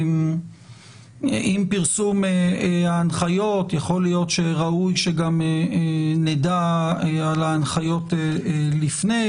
עם פרסום ההנחיות יכול להיות שגם ראוי שנדע על ההנחיות לפני,